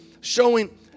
showing